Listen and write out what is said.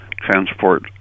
transport